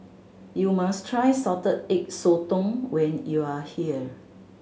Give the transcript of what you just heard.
you must try Salted Egg Sotong when you are here